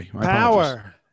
Power